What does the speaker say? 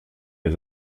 les